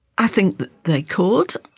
i think that they could.